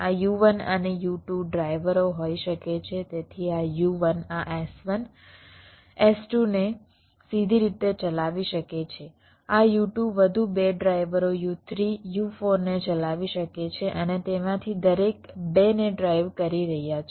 આ U1 અને U2 ડ્રાઈવરો હોઈ શકે છે તેથી આ U1 આ S1 S2 ને સીધી રીતે ચલાવી શકે છે આ U2 વધુ 2 ડ્રાઈવરો U3 U4 ને ચલાવી શકે છે અને તેમાંથી દરેક 2 ને ડ્રાઈવ કરી રહ્યા છે